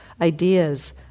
ideas